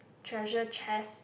treasure chest